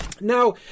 Now